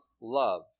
love